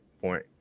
point